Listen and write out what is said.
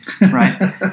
right